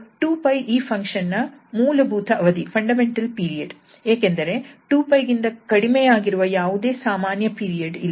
ಹಾಗೂ 2𝜋 ಈ ಫಂಕ್ಷನ್ ನ ಮೂಲಭೂತ ಅವಧಿ ಏಕೆಂದರೆ 2𝜋 ಗಿಂತ ಕಡಿಮೆಯಾಗಿರುವ ಯಾವುದೇ ಸಾಮಾನ್ಯ ಪೀರಿಯಡ್ ಇಲ್ಲ